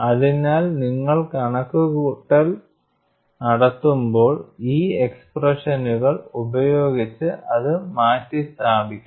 അതിനാൽ നിങ്ങൾ കണക്കുകൂട്ടൽ നടത്തുമ്പോൾ ഈ എക്സ്പ്രെഷനുകൾ ഉപയോഗിച്ച് അത് മാറ്റിസ്ഥാപിക്കണം